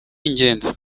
ingezi